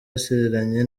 asigaranye